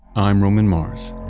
i'm roman mars